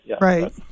right